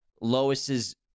Lois's